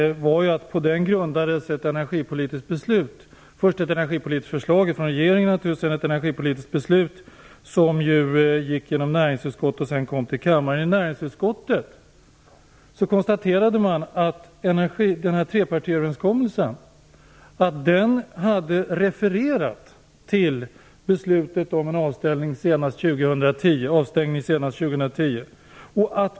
Det kom naturligtvis först ett energipolitiskt förslag från regeringen. Det fattades ett energipolitiskt beslut när förslaget gått genom näringsutskottet och därefter kommit till kammaren. I näringsutskottet konstaterades att man i trepartiöverenskommelsen hade refererat till beslutet om en avstängning senast 2010.